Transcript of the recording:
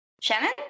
Shannon